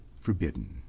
forbidden